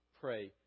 pray